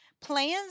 plans